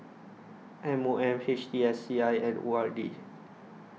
M O M H T S C I and O R D